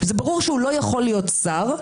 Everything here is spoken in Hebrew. זה ברור שהוא לא יכול להיות שר,